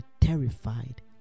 terrified